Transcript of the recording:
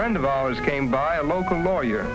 friend of ours came by a local lawyer